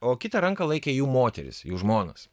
o kitą ranką laikė jų moterys jų žmonos